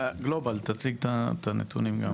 גלובאל, תציג את הנתונים גם.